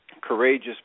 courageous